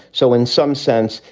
so in some sense,